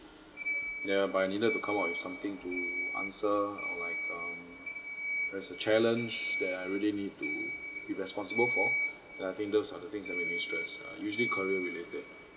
ya but I needed to come up with something to answer or like like um there's a challenge that I really need to be responsible for ya I think those are the things that makes me stress uh usually career-related